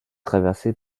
traversée